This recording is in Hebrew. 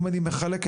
הופכת